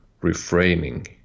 refraining